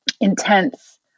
intense